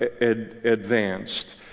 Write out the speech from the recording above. advanced